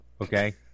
Okay